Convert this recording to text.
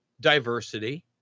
diversity